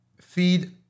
feed